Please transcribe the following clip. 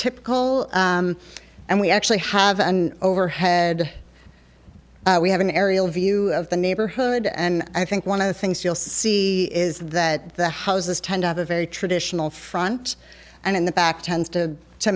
typical and we actually have an overhead we have an aerial view of the neighborhood and i think one of the things you'll see is that the houses tend of a very traditional front and in the back tends to to